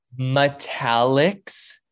Metallics